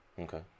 Okay